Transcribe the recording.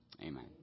Amen